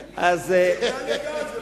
זה לא אני, אז אל תבנו על זה.